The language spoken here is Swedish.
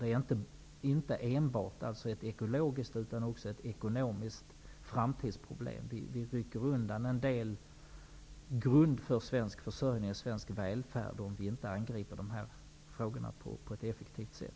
Det är inte enbart ett ekologiskt utan också ett ekonomiskt framtidsproblem. Vi rycker undan en del av grunden för svensk försörjning och svensk välfärd, om vi inte angriper försurningsfrågorna på ett effektivt sätt.